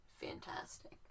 fantastic